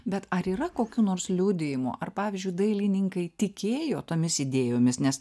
bet ar yra kokių nors liudijimų ar pavyzdžiui dailininkai tikėjo tomis idėjomis nes